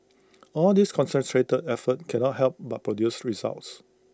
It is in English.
all this concentrated effort cannot help but produce results